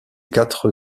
quatre